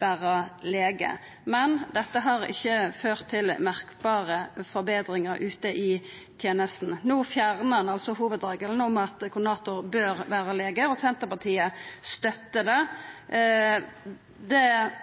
vera lege, men det har ikkje ført til merkbare forbetringar ute i tenestene. No fjernar ein hovudregelen om at koordinator bør vera lege, og Senterpartiet støttar det. Det som er vår bekymring, er at det